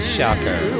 Shocker